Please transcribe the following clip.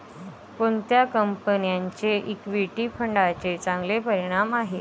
कोणत्या कंपन्यांचे इक्विटी फंडांचे चांगले परिणाम आहेत?